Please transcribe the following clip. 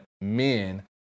men